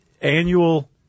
annual